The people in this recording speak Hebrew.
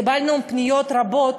קיבלנו פניות רבות